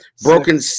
broken